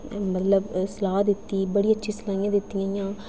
मतलब सलाह् दित्ती बड़ियां अच्छियां सलाहियां दित्तियां हियां